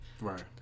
right